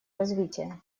развития